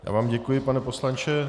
Já vám děkuji, pane poslanče.